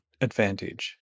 advantage